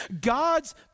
God's